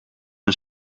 een